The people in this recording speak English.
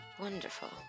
Wonderful